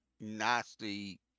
Nasty